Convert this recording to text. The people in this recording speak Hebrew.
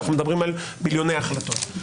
אנחנו מדברים על מיליוני החלטות.